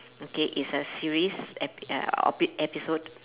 okay it's a series ep~ episode